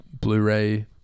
Blu-ray